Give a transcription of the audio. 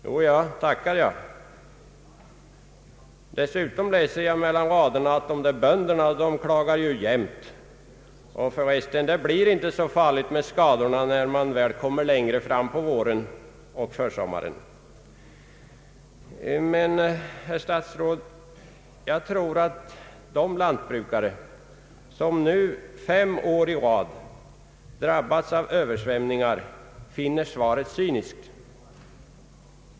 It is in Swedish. Ja, jag tackar jag! Dessutom läste jag mellan raderna, att ”de där bönderna klagar ju jämt” och förresten ”det blir inte så farligt med skadorna, när vi kommer längre fram på våren och försommaren”. Men, herr statsråd, jag tror att de lantbrukare som nu fem år drabbats av översvämningar finner svaret cyniskt.